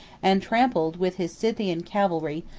and trampled, with his scythian cavalry,